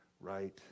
Right